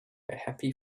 happy